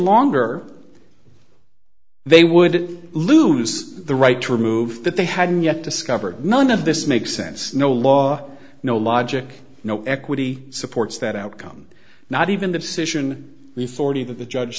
longer they would lose the right to remove that they hadn't yet discovered none of this makes sense no law no logic no equity supports that outcome not even the decision the forty that the judge